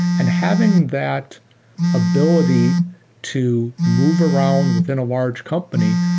and having that ability to move around within a large company,